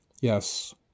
Yes